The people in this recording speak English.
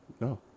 No